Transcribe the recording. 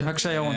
זה נכון.